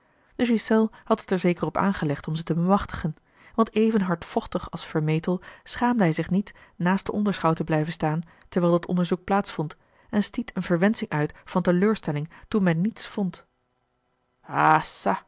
de ghiselles had het er zeker op aangelegd om ze te bemachtigen want even hardvochtig als vermetel schaamde hij zich niet naast den onderschout te blijven staan terwijl dat onderzoek plaats vond stiet hij eene verwensching uit van teleurstelling toen men niets vond